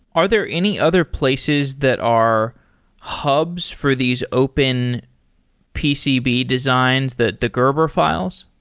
are there any other places that are hubs for these open pcb designs, the the gerber files?